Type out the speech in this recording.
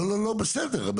לא, לא, בסדר.